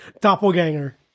doppelganger